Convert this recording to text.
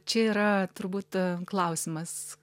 čia yra turbūt klausimas